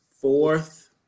fourth